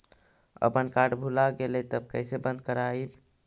अपन कार्ड भुला गेलय तब कैसे बन्द कराइब?